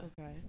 Okay